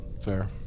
Fair